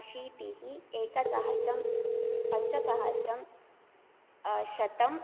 अशीतिः एकसहस्रम् पञ्चसहस्रम् शतम्